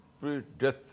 pre-death